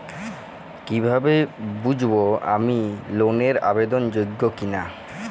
কীভাবে বুঝব আমি লোন এর আবেদন যোগ্য কিনা?